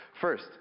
first